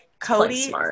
Cody